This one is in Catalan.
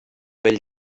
vell